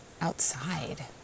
outside